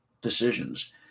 decisions